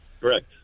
Correct